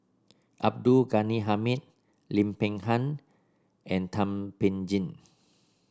Abdul Ghani Hamid Lim Peng Han and Thum Ping Tjin